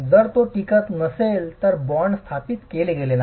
जर ते टिकत नसेल तर बॉन्ड स्थापित केले गेले नाही